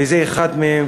וזה אחד מהם.